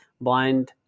blind